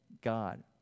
God